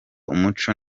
umuco